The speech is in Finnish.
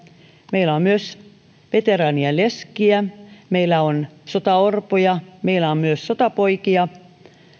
meillä on myös veteraanien leskiä meillä on sotaorpoja meillä on myös sotapoikia